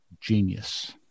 genius